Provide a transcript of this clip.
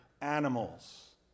animals